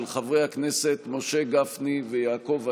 של חברי הכנסת משה גפני ויעקב אשר,